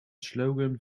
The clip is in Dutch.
slogan